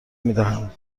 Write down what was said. میدهند